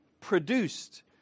produced